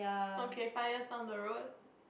okay five years down the road